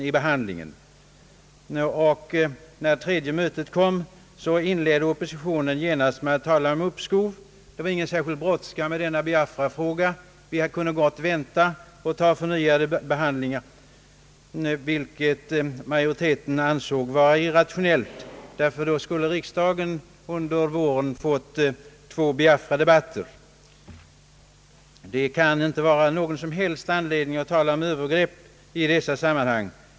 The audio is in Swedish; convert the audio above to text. Vid det tredje mötet inledde oppositionens talesmän emellertid med att begära uppskov med behandlingen av Biafrafrågan, det var, hette det, ingen brådska med den utan den kunde vänta. Det ansåg majoriteten i utskottet vara irrationellt, ty därigenom skulle vårriksdagen få två Biafradebatter. Det kan inte finnas någon som helst anledning att tala om övergrepp i dessa sammanhang.